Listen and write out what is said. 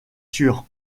sûr